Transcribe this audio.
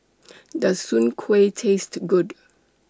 Does Soon Kueh Taste Good